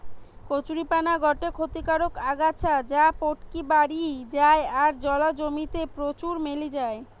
কচুরীপানা গটে ক্ষতিকারক আগাছা যা পটকি বাড়ি যায় আর জলা জমি তে প্রচুর মেলি যায়